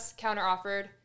counteroffered